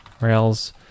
Rails